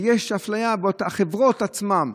יש אפליה: החברות עצמן,